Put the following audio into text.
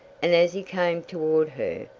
and as he came toward her,